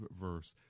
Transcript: verse